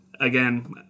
again